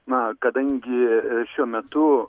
na kadangi šiuo metu